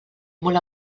molt